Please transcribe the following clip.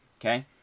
okay